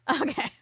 Okay